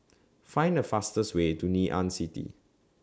Find The fastest Way to Ngee Ann City